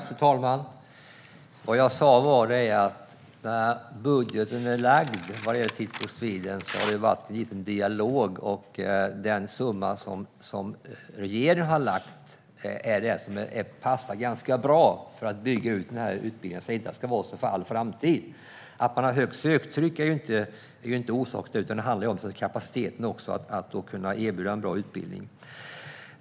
Fru talman! Vad jag sa var att för budgeten vad gäller Teach for Sweden har det varit en dialog, och den summa som regeringen har lagt passar ganska bra för att bygga ut denna utbildning. Jag säger inte att det ska vara så för all framtid. Att man har ett högt söktryck är ju inte orsaken, utan det handlar om kapaciteten att kunna erbjuda en bra utbildning.